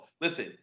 Listen